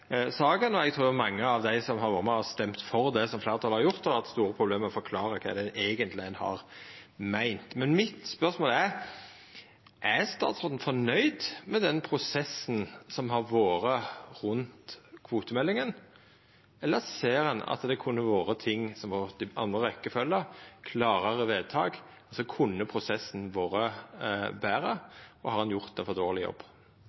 saka, og eg trur mange av dei som har vore med på å stemma for det regjeringa har gjort, har hatt store problem med å forklara kva ein eigentleg har meint. Spørsmålet mitt er: Er statsråden fornøgd med den prosessen som har vore rundt kvotemeldinga, eller ser ein at ting kunne ha vore gjorde i ei anna rekkjefølgje, med klarare vedtak? Kunne prosessen ha vore betre, og har ein gjort ein for dårleg jobb?